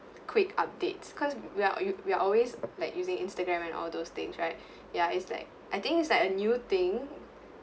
quick updates because we are we are always like using instagram and all those things right ya it's like I think it's like a new thing